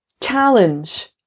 challenge